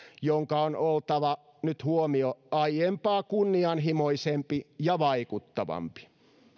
jonka on oltava nyt huomio aiempaa kunnianhimoisempi ja vaikuttavampi